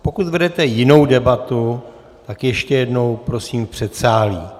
Pokud vedete jinou debatu, tak ještě jednou prosím v předsálí.